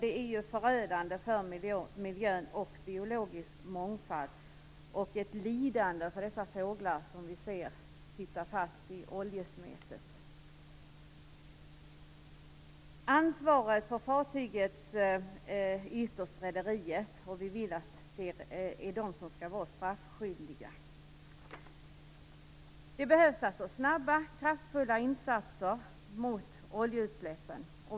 Det är förödande för miljön och biologisk mångfald och innebär ett lidande för fåglar som sitter fast i oljesmeten. Ansvariga för fartyget, ytterst rederiet, har vi velat skall vara straffskyldiga. Det behövs alltså snabba kraftfulla insatser mot oljeutsläppen.